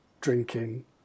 drinking